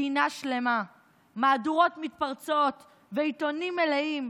מהדורות מתפרצות ועיתונים מלאים,